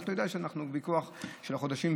רק שתדע שאנחנו בוויכוח של חודשים,